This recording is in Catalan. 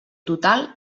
total